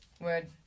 Word